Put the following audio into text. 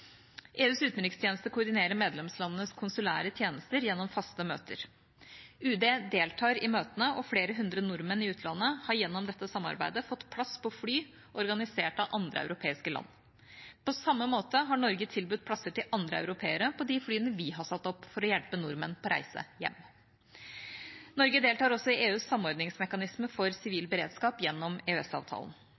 EUs utenrikstjeneste koordinerer medlemslandenes konsulære tjenester gjennom faste møter. UD deltar i møtene, og flere hundre nordmenn i utlandet har gjennom dette samarbeidet fått plass på fly organisert av andre europeiske land. På samme måte har Norge tilbudt plasser til andre europeere på de flyene vi har satt opp for å hjelpe nordmenn på reise hjem. Norge deltar også i EUs samordningsmekanisme for sivil beredskap gjennom